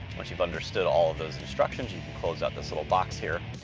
once you've understood all of those instructions, you can close out this little box here.